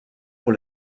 pour